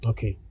Okay